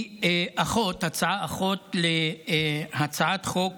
היא הצעה אחות של הצעת חוק